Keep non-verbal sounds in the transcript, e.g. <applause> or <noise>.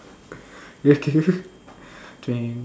okay <laughs>